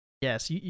Yes